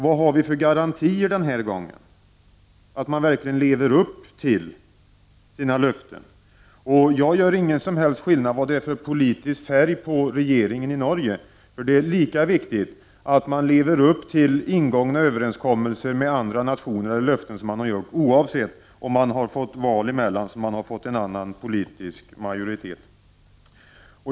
Vad har vi för garantier den här gången, för att man verkligen lever upp till sina löften? Jag gör ingen som helst skillnad med anledning av den politiska färg som regeringen i Norge har. Det är lika viktigt att leva upp till ingångna överenskommelser med andra nationer och löften som man har gjort oavsett om det har varit val emellan eller inte, så att det har uppstått en annan politisk majoritet.